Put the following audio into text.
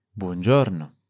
Buongiorno